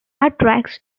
attracts